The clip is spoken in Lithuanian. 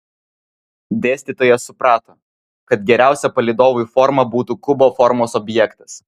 dėstytojas suprato kad geriausia palydovui forma būtų kubo formos objektas